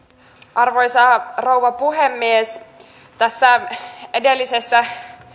arvoisa rouva puhemies tässä edellisessä